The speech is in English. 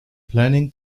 planning